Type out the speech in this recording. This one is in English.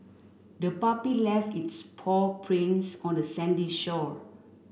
the puppy left its paw prints on the sandy shore